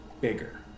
bigger